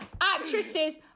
actresses